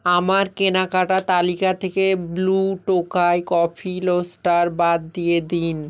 আমার কেনাকাটার তালিকা থেকে ব্লু টোকাই কফি রোস্টার বাদ দিয়ে দিন